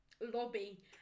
lobby